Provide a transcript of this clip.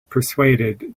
persuaded